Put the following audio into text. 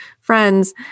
friends